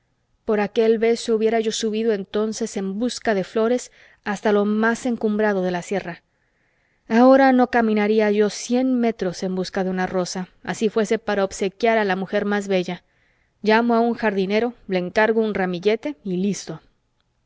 por aquel beso hubiera yo subido entonces en busca de flores hasta lo más encumbrado de la sierra ahora no caminaría yo cien metros en busca de una rosa así fuese para obsequiar a la mujer más bella llamo a un jardinero le encargo un ramillete y listo